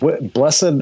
blessed